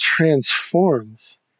Transforms